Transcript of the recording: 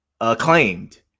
acclaimed